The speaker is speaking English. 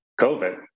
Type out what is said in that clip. COVID